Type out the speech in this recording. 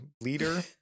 leader